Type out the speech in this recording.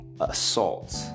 assault